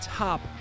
top